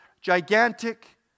gigantic